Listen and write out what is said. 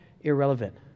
irrelevant